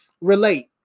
Relate